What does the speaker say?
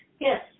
Yes